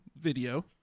video